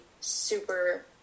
super